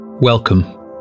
Welcome